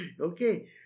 Okay